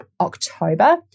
October